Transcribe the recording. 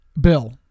Bill